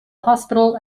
hospital